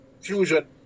fusion